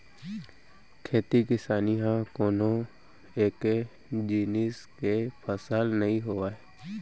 खेती किसानी ह कोनो एके जिनिस के फसल नइ होवय